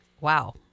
Wow